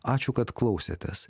ačiū kad klausėtės